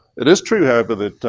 it is true, however, that,